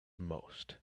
most